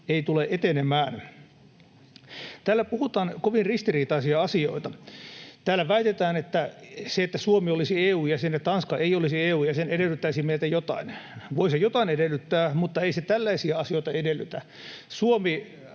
ei tule etenemään? Täällä puhutaan kovin ristiriitaisia asioita. Täällä väitetään, että se, että Suomi olisi EU:n jäsen ja Tanska ei olisi EU:n jäsen, edellyttäisi meiltä jotain. Voi se jotain edellyttää, mutta ei se tällaisia asioita edellytä.